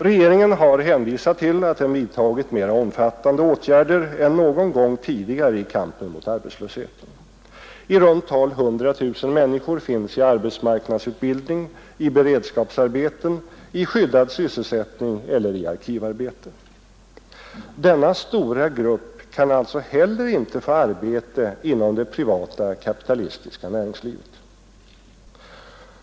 Regeringen har hänvisat till att den vidtagit mera omfattande åtgärder än någon gång tidigare i kampen mot arbetslösheten. I runt tal 100 000 människor finns i arbetsmarknadsutbildning, i beredskapsarbeten, i skyddad sysselsättning eller i arkivarbete. Denna stora grupp kan alltså heller inte få arbete inom det privata kapitalistiska näringslivet.